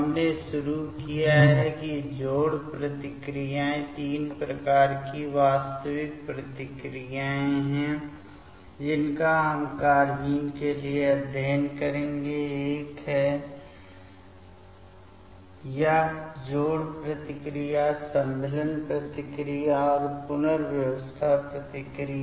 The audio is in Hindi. हमने शुरू किया है कि जोड़ प्रतिक्रियाएँ तीन प्रकार की वास्तविक प्रतिक्रियाएँ हैं जिनका हम कार्बेन के लिए अध्ययन करेंगे एक है यह जोड़ प्रतिक्रिया सम्मिलन प्रतिक्रिया और पुनर्व्यवस्था प्रतिक्रिया